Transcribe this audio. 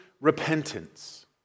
repentance